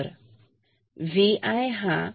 तर V i 7